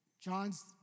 John's